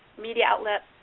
media outlets,